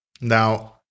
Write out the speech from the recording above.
Now